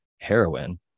heroin